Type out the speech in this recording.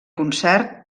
concert